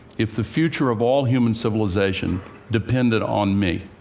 if the future of all human civilization depended on me,